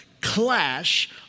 clash